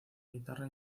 guitarra